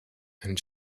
and